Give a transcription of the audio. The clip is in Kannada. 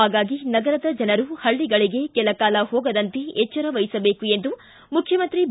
ಹಾಗಾಗಿ ನಗರದ ಜನರು ಹಳ್ಳಿಗಳಿಗೆ ಕೆಲಕಾಲ ಹೋಗದಂತೆ ಎಚ್ಚರ ವಹಿಸಬೇಕು ಎಂದು ಮುಖ್ಯಮಂತ್ರಿ ಬಿ